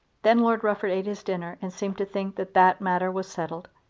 then lord rufford ate his dinner and seemed to think that that matter was settled.